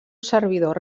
servidor